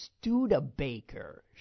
Studebaker